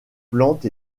plantes